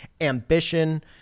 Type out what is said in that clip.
ambition